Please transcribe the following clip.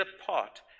apart